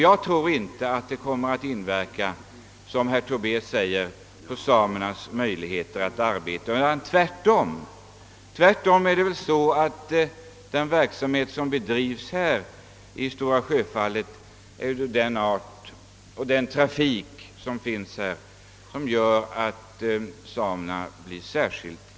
Jag tror inte att detta, som herr Tobé alldeles riktigt säger, kommer att inverka på samernas arbetsmöjligheter. Det är nog den verksamhet som bedrivs vid Stora Sjöfallet och den därav följande trafiken som irriterar samerna.